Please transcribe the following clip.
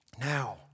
Now